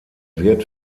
wird